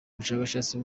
ubushakashatsi